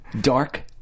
Dark